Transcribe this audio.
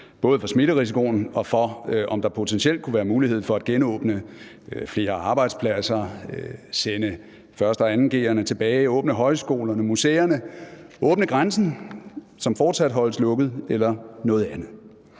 både for smitterisikoen og for, om der potentielt kunne være mulighed for at genåbne flere arbejdspladser, sende 1. og 2. g'erne tilbage, åbne højskolerne, åbne museerne, åbne grænsen, som fortsat holdes lukket, eller noget andet.